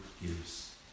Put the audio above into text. gives